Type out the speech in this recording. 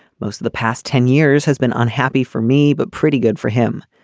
most of the past ten years has been unhappy for me but pretty good for him.